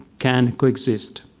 can co-exist.